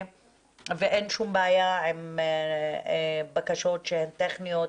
ואין שום בעיה עם בקשות שהן טכניות